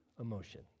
emotion